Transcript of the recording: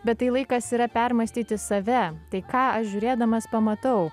bet tai laikas yra permąstyti save tai ką aš žiūrėdamas pamatau